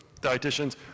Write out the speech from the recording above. dietitians